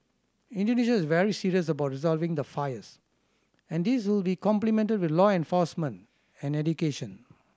Indonesia is very serious about resolving the fires and this will be complemented with law enforcement and education